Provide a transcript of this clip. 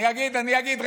אני אגיד, אני אגיד.